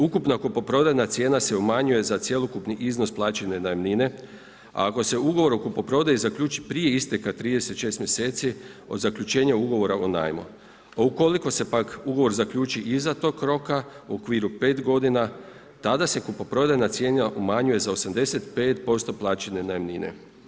Ukupna kupoprodajna cijena se umanjuje za cjelokupni iznos plaćene najamnine, ako se ugovor o kupoprodaji zaključi prije isteka 36 mjeseci od zaključenja ugovora o najmu, a ukoliko se pak ugovor zaključi iza tog roka u okviru 5 godina, tada se kupoprodajna cijena umanjuje za 85% plaćene najamnine.